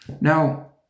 Now